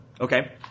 Okay